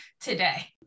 today